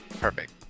perfect